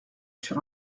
sur